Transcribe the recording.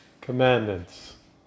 Commandments